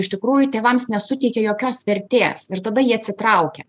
iš tikrųjų tėvams nesuteikia jokios vertės ir tada jie atsitraukia